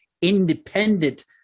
independent